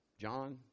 John